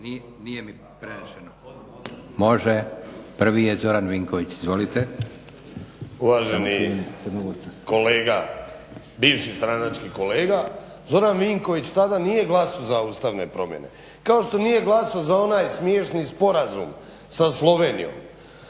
izvolite. **Vinković, Zoran (HDSSB)** Uvaženi kolega, bivši stranački kolega, Zoran Vinković tada nije glasao za ustavne promjene kao što nije glasao za onaj smiješni Sporazum sa Slovenijom.